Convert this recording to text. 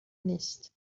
نیست